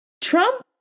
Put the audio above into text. Trump